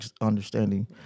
understanding